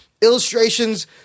illustrations